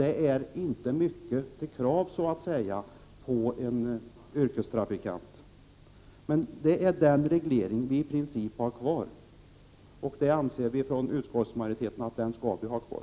Det är inte mycket till krav på en yrkestrafi kant, men det är i princip den reglering vi har kvar. Och vi anser från utskottsmajoriteten att vi också skall ha den kvar.